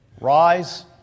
rise